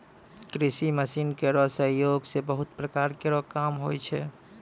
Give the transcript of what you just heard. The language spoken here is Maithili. कृषि मसीन केरो सहयोग सें बहुत प्रकार केरो काम होय छै